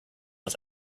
was